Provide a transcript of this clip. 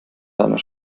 deiner